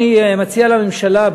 אני מציע לממשלה,